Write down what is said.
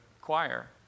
choir